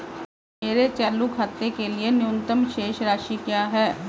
मेरे चालू खाते के लिए न्यूनतम शेष राशि क्या है?